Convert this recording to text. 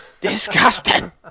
disgusting